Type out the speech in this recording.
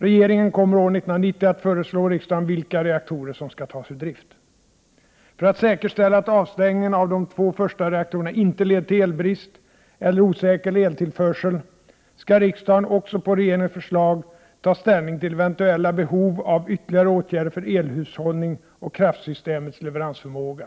Regeringen kommer år 1990 att föreslå riksdagen vilka reaktorer som skall tas ur drift. För att säkerställa att avstängningen av de två första reaktorerna inte leder till elbrist eller osäker eltillförsel skall riksdagen också, på regeringens förslag, ta ställning till eventuella behov av ytterligare åtgärder för elhushållning och kraftsystemets leveransförmåga.